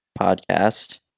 Podcast